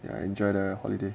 I enjoy the holiday